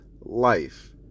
life